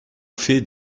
fait